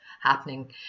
happening